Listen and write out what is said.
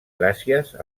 gràcies